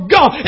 God